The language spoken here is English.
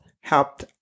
helped